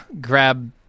grab